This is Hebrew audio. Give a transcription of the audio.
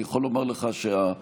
אני יכול לומר לך שהפנימייה,